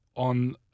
on